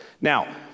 Now